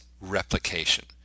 replication